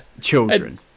Children